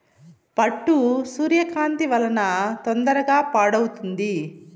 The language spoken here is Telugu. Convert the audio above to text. పట్టు సూర్యకాంతి వలన తొందరగా పాడవుతుంది